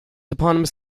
eponymous